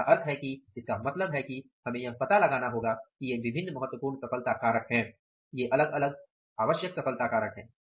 तो इसका मतलब है कि हमें यह पता लगाना होगा कि ये विभिन्न महत्वपूर्ण सफलता कारक हैं ये अलग अलग आवश्यक सफलता कारक हैं